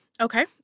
Okay